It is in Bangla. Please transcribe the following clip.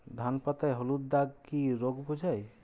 ধান পাতায় হলুদ দাগ কি রোগ বোঝায়?